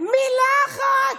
מילה אחת.